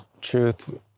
truth